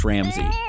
Ramsey